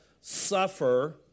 suffer